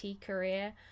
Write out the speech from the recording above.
career